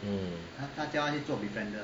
mm